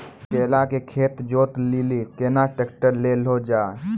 केला के खेत जोत लिली केना ट्रैक्टर ले लो जा?